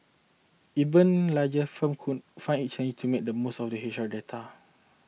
even larger firm could find it challenging to make the most of their H R data